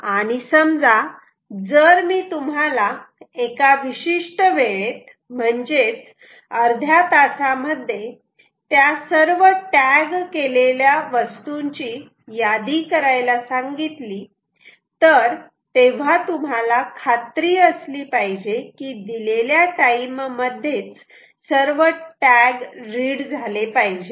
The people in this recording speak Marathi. आणि समजा जर मी तुम्हाला एका विशिष्ट वेळेत म्हणजेच अर्ध्या तासामध्ये त्या सर्व टॅग केलेल्या वस्तूंची यादी करायला सांगितली तर तेव्हा तुम्हाला खात्री असली पाहिजे की दिलेल्या टाईम मध्येच सर्व टॅग रीड झाले पाहिजेत